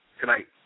tonight